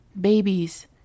Babies